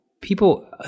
People